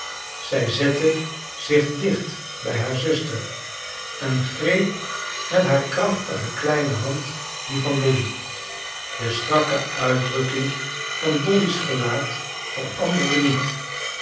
zij zette zich dicht bij haar zuster en greep met haar krachtige kleine hand die van dolly de strakke uitdrukking van dolly's gelaat veranderde niet